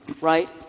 right